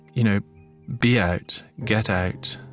you know be out, get out,